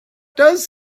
does